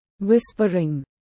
Whispering